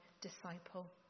disciple